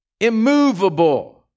immovable